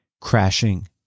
crashing